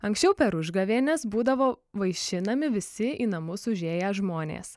anksčiau per užgavėnes būdavo vaišinami visi į namus užėję žmonės